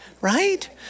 right